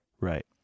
right